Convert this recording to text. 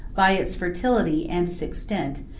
by its fertility and its extent,